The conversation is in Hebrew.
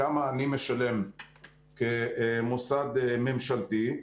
כמה אני משלם כמוסד ממשלתי,